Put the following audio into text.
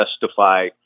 justify